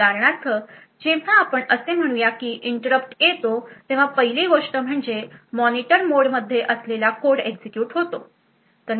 उदाहरणार्थ जेव्हा आपण असे म्हणूया की इंटरप्ट येतो तेव्हा पहिली गोष्ट म्हणजे मॉनिटर मोडमध्ये असलेला कोड एक्झिक्युट होतो